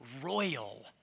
royal